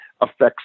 affects